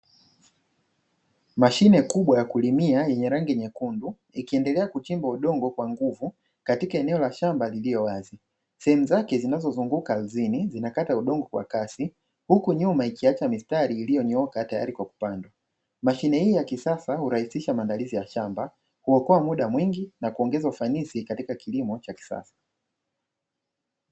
Mashine kubwa ya kulimia yenye rangi nyekundu, ikiendelea kuchimba udongo kwa nguvu katika eneo la shamba lililo wazi. Sehemu zake zinazozunguka ardhini zinakata udongo kwa kasi, huku nyuma ikiacha mistari iliyonyooka tayari kwa kupanda. Mashine hii ya kisasa hurahisisha maandalizi ya shamba, huokoa muda mwingi na kuongeza ufanisi katika kilimo cha kisasa.